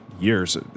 years